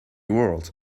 world